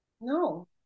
No